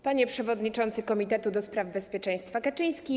Panie Przewodniczący Komitetu do Spraw Bezpieczeństwa Kaczyński!